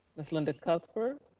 ms. linda cuthbert?